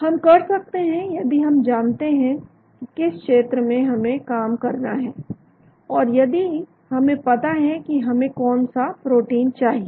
हम कर सकते हैं यदि हम जानते हैं कि किस क्षेत्र में हमें काम करना है और यदि हमें पता है कि हमें कौन सा प्रोटीन चाहिए